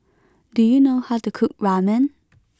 do you know how to cook Ramen